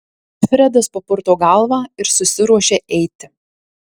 fredas papurto galvą ir susiruošia eiti